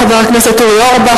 חבר הכנסת אורי אורבך,